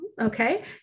Okay